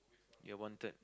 you're wanted